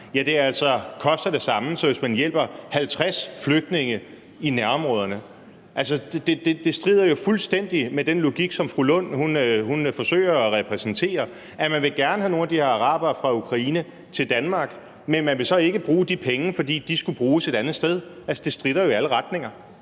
altså koster det samme, som hvis man hjælper 50 flygtninge i nærområderne. Det strider jo fuldstændig mod den logik, som fru Rosa Lund forsøger at repræsentere, altså at man gerne vil have nogle af de her arabere fra Ukraine til Danmark, men at man så ikke vil bruge de penge, fordi de skulle bruges et andet sted. Altså, det stritter jo i alle retninger.